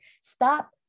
Stop